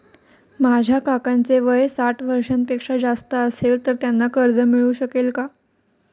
माझ्या काकांचे वय साठ वर्षांपेक्षा जास्त असेल तर त्यांना कर्ज मिळू शकेल का?